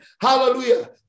Hallelujah